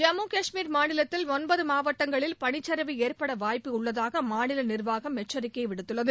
ஜம்மு கஷ்மீர் மாநிலத்தில் ஒன்பது மாவட்டங்களில் பனிச்சரிவு ஏற்பட வாய்ப்புள்ளதாக மாநில நிர்வாகம் எச்சரிக்கை விடுத்துள்ளது